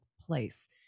place